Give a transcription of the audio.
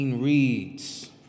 reads